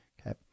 Okay